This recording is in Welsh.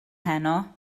heno